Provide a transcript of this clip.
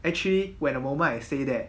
actually when a moment I say that